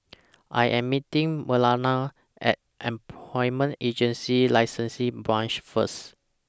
I Am meeting Marlena At Employment Agency Licensing Branch First